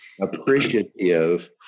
appreciative